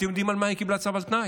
אתם יודעים על מה היא קיבלה צו על תנאי?